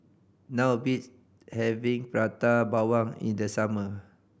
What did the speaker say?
not of beats having Prata Bawang in the summer